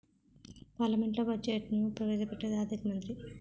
పార్లమెంట్లో బడ్జెట్ను ప్రవేశ పెట్టేది ఆర్థిక మంత్రి